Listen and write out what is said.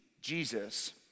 Jesus